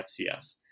FCS